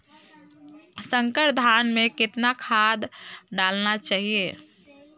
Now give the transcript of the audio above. संकर धान मे कतना खाद डालना चाही?